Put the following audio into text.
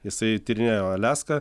jisai tyrinėjo aliaską